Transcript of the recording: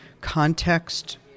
context